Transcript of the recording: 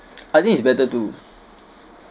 I think it's better to